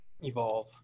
evolve